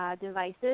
devices